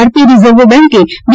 ભારતીય રિઝર્વ બેંકે બી